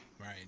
Right